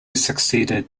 succeeded